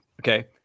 Okay